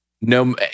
no